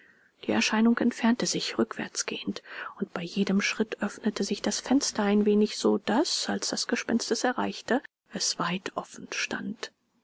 die erscheinung entfernte sich rückwärtsgehend und bei jedem schritt öffnete sich das fenster ein wenig so daß als das gespenst es erreichte es weit offen stand